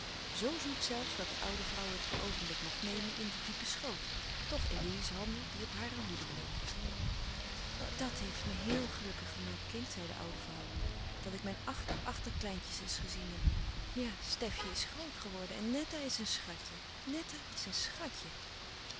zoo zoet zelfs dat de oude vrouw het een oogenblik mocht nemen in den diepen schoot tch in lili's handen die op hare hoede bleef dat heeft me heel gelukkig gemaakt kind zei de oude vrouw dat ik mijn achter achterkleintjes eens gezien heb ja stefje is groot geworden en netta is een schatje netta is een schatje